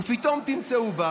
ופתאום תמצאו בה